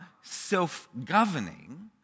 self-governing